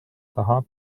taha